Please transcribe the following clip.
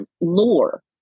lore